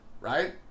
right